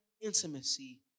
intimacy